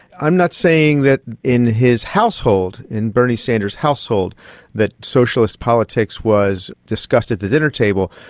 i'm not saying that in his household, in bernie sanders' household that socialist politics was discussed at the dinner table,